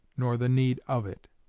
nor the need of it.